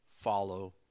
follow